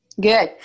Good